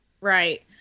Right